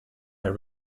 her